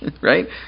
Right